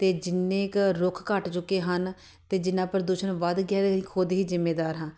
ਅਤੇ ਜਿੰਨੇ ਕੁ ਰੁੱਖ ਘੱਟ ਚੁੱਕੇ ਹਨ ਅਤੇ ਜਿੰਨਾ ਪ੍ਰਦੂਸ਼ਣ ਵੱਧ ਗਿਆ ਹੈ ਇਹਦੇ ਅਸੀਂ ਖੁਦ ਹੀ ਜ਼ਿੰਮੇਵਾਰ ਹਾਂ